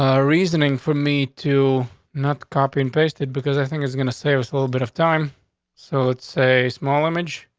ah reasoning for me to not copy and pasted because i think it's going to say it was a little bit of time so it's a small image.